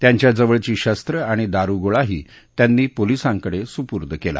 त्यांच्याजवळची शस्त्र आणि दारुगोळाही त्यांनी पोलीसांकडे सुपूर्द केला